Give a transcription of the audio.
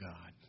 God